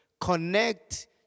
Connect